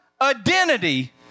identity